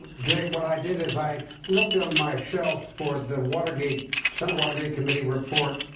but jake, what i did is i looked on my shelf for the watergate senate watergate committee report.